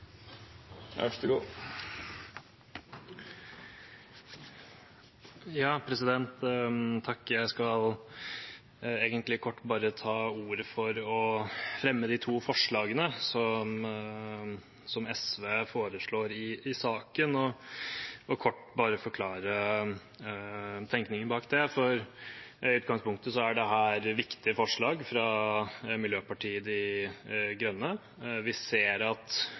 Jeg skal bare ta ordet for å fremme de to forslagene som SV har i saken, og kort forklare tenkningen bak dem. I utgangspunktet er dette viktige forslag fra Miljøpartiet De Grønne. Vi ser at